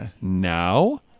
now